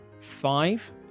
Five